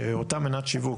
שאותה מנת שיווק,